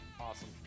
Awesome